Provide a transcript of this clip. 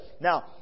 Now